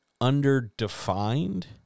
under-defined